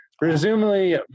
presumably